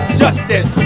justice